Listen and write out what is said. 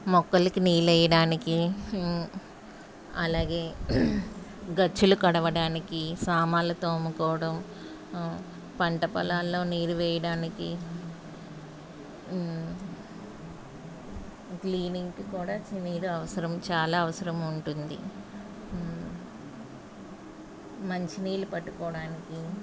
మొక్కలకు నీళ్ళు వేయడానికి అలాగే గచ్చులు కడగడానికి సామానులు తోముకోవడం పంట పొలాలలో నీరు వేయడానికి క్లీనింగ్కి కూడా నీరు అవసరం చాలా అవసరం ఉంటుంది మంచినీళ్ళు పట్టుకోవడానికి